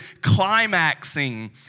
climaxing